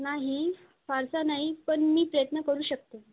नाही फारसा नाही पण मी प्रयत्न करू शकते